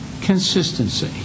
consistency